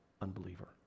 unbeliever